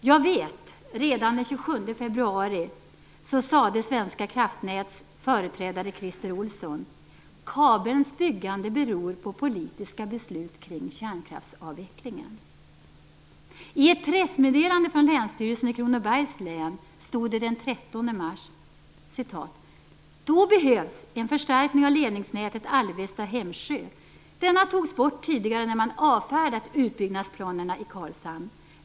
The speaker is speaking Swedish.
Jag vet att Svenska Kraftnäts företrädare Christer Olsson redan den 27 februari sade: Kabelns byggande beror på politiska beslut kring kärnkraftsavvecklingen. I ett pressmeddelande från Länsstyrelsen i Kronobergs län stod det den 13 mars: "Då behövs en förstärkning av ledningsnätet Alvesta-Hemsjö. Denna togs bort tidigare när man avfärdat utbyggnadsplanerna i Karlshamn.